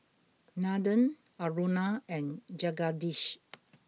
Nandan Aruna and Jagadish